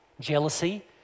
jealousy